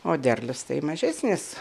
o derlius tai mažesnis